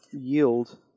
yield